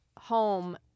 home